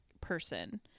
person